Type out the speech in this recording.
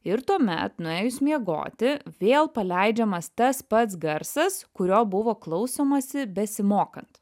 ir tuomet nuėjus miegoti vėl paleidžiamas tas pats garsas kurio buvo klausomasi besimokant